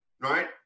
right